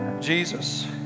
Jesus